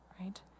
right